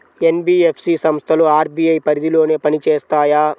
NBFC సంస్థలు RBI పరిధిలోనే పని చేస్తాయా?